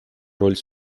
роль